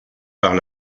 par